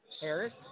Harris